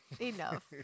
Enough